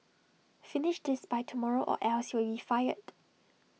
finish this by tomorrow or else you'll be fired